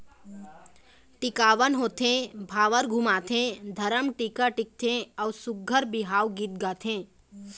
टिकावन होथे, भांवर घुमाथे, धरम टीका टिकथे अउ सुग्घर बिहाव गीत गाथे